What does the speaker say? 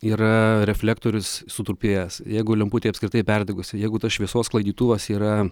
yra reflektorius sutrupėjęs jeigu lemputė apskritai perdegusi jeigu tas šviesos sklaidytuvas yra